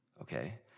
okay